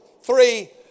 three